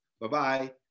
Bye-bye